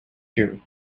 you